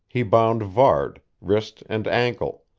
he bound varde, wrist and ankle